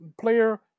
player